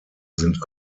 sind